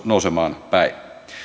nousemaan päin